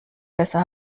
besser